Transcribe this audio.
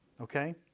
Okay